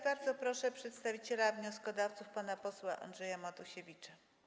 Bardzo proszę przedstawiciela wnioskodawców pana posła Andrzeja Matusiewicza.